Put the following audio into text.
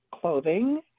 clothing